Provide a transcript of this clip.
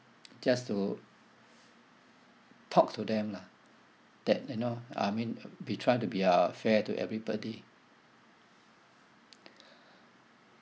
just to talk to them lah that you know I mean we try to be uh fair to everybody